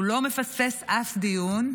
הוא לא מפספס אף דיון,